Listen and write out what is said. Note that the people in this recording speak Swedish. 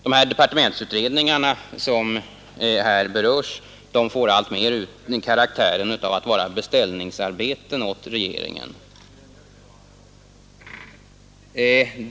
De departementsutredningar som här berörs får alltmer karaktären av att vara beställningsarbeten åt regeringen.